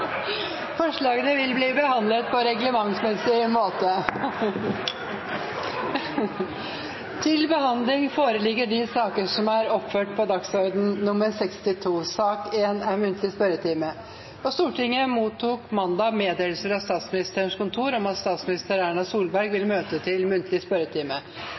Forslagene vil bli behandlet på reglementsmessig måte. Stortinget mottok mandag meddelelse fra Statsministerens kontor om at statsminister Erna Solberg vil møte til muntlig spørretime. Statsministeren er til stede, og